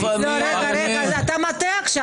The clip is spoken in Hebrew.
אתה מטעה עכשיו.